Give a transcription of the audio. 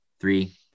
Three